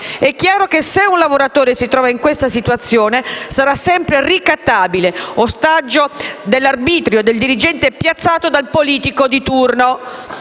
È chiaro che se un lavoratore si trova in questa situazione sarà sempre ricattabile, ostaggio dell'arbitrio del dirigente piazzato dal politico di turno.